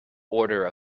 order